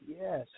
yes